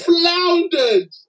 floundered